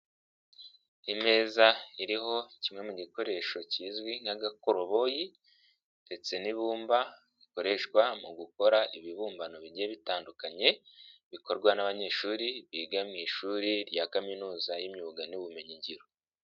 Imeza iriho kimwe mu gikoresho kizwi nk'agakoroboyi ndetse n'ibumba rikoreshwa mu gukora ibibumbano bigiye bitandukanye bikorwa n'abanyeshuri biga mu ishuri rya kaminuza y'imyuga n'ubumenyi ngiro.